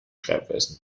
schreibweisen